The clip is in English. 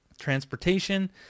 Transportation